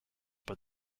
but